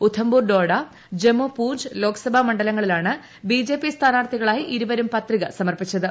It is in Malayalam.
ഉധംപൂർ ഡോഡ ജമ്മു പൂഞ്ച് ലോക്സഭാ മണ്ഡലങ്ങളിലാണ് ബിജെപി സ്ഥാനാർത്ഥികളായി ഇരുവരും പത്രിക സമർപ്പിച്ചത്